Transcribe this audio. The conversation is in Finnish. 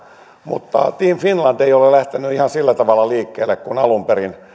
mutta team finland ei ole lähtenyt ihan sillä tavalla liikkeelle kuin alun perin